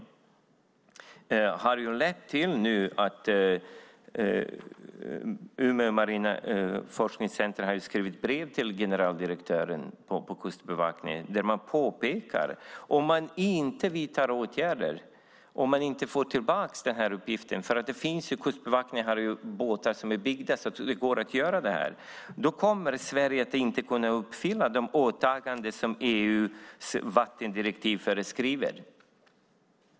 Det har nu lett till att Umeå marina forskningscentrum har skrivit brev till generaldirektören på Kustbevakningen där man påpekar att om det inte vidtas åtgärder så att man får tillbaka den här uppgiften - Kustbevakningen har ju båtar som är byggda så att det går att genomföra det här arbetet - kommer Sverige inte att kunna uppfylla de åtaganden som EU:s vattendirektiv föreskriver.